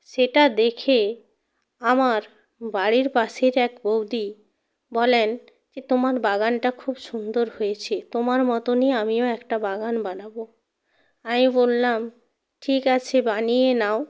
সেটা দেখে আমার বাড়ির পাশের এক বৌদি বলেন যে তোমার বাগানটা খুব সুন্দর হয়েছে তোমার মতনই আমিও একটা বাগান বানাব আমি বললাম ঠিক আছে বানিয়ে নাও